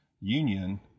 union